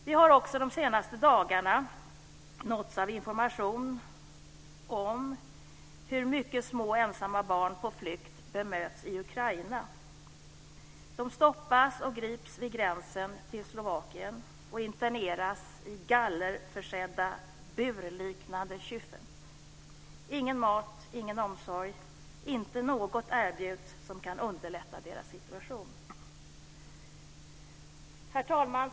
Vi har också de senaste dagarna nåtts av information om hur mycket små ensamma barn på flykt bemöts i Ukraina. De stoppas och grips vid gränsen till Slovakien och interneras i gallerförsedda burliknande kyffen. De får ingen mat och ingen omsorg. Inte något erbjuds som kan underlätta deras situation. Herr talman!